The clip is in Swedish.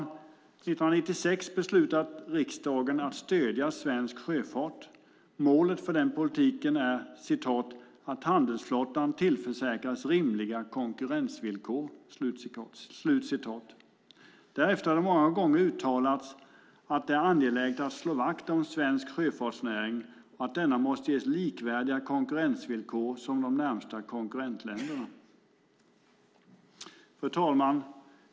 År 1996 beslutade riksdagen att stödja svensk sjöfart. Målet för den politiken är "att handelsflottan tillförsäkras rimliga konkurrensvillkor". Därefter har det många gånger uttalats att det är angeläget att slå vakt om svensk sjöfartsnäring och att denna måste ges likvärdiga konkurrensvillkor som i de närmaste konkurrentländerna. Fru talman!